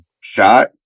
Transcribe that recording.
shot